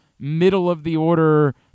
middle-of-the-order